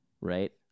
Right